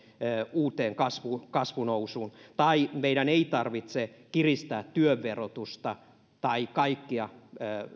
uuteen kasvunousuun tai meidän ei tarvitse kiristää työn verotusta tai